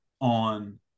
on